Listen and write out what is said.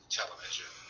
television